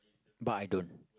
but I don't